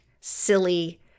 silly